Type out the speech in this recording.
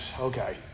okay